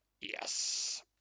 Yes